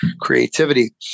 creativity